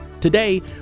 Today